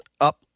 up